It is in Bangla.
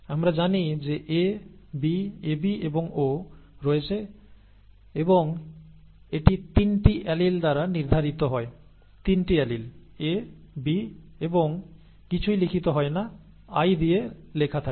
আমরা জানি যে A B AB এবং O রয়েছে এবং এটি 3 টি অ্যালিল দ্বারা নির্ধারিত হয় 3 টি অ্যালিল A B এবং কিছুই লিখিত হয় না i দিয়ে লেখা থাকে